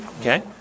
Okay